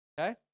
Okay